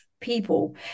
people